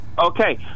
Okay